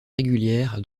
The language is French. régulière